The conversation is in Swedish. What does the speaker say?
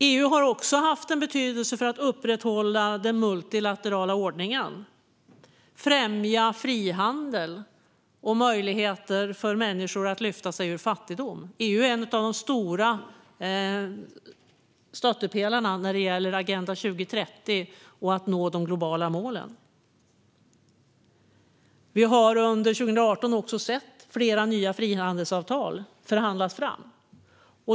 EU har också haft en betydelse för att upprätthålla den multilaterala ordningen och främja frihandel och möjligheter för människor att lyfta sig ur fattigdom. EU är en av de stora stöttepelarna när det gäller Agenda 2030 och att nå de globala målen. Vi har under 2018 sett flera nya frihandelsavtal förhandlas fram.